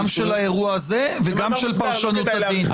גם של האירוע הזה וגם של פרשנות הדין.